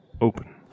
open